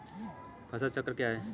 फसल चक्र क्या होता है?